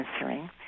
answering